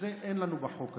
שזה אין לנו בחוק הזה.